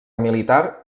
militar